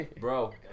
Bro